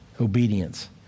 obedience